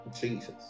Jesus